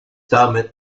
damit